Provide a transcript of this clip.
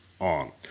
on